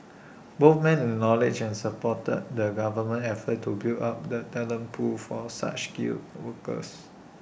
both men acknowledged and supported the government's efforts to build up the talent pool for such skilled workers